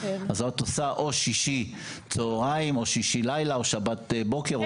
את עובדת או שישי צהרים או שישי לילה או שבת בוקר.